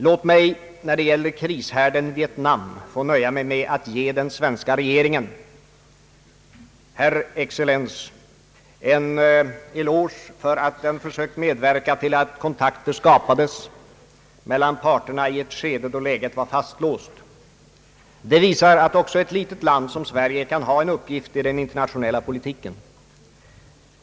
Låt mig när det gäller krishärden Vietnam få nöja mig med att ge den svenska regeringen, enkannerligen utrikesexcellensen, en eloge för att man försökt medverka till att kontakter skapades mellan parterna i ett skede då läget var fastlåst. Det visar att också ett litet land som Sverige kan ha en uppgift i den internationella politiken.